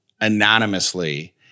anonymously